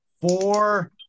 four